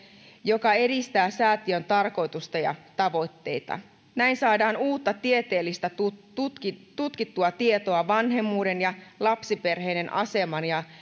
joka edistää säätiön tarkoitusta ja tavoitteita näin saadaan uutta tieteellistä tutkittua tutkittua tietoa vanhemmuuden ja lapsiperheiden aseman ja